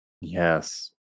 yes